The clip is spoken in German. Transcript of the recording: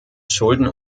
schulden